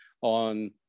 on